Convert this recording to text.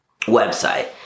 website